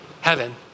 heaven